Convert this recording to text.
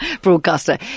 broadcaster